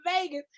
Vegas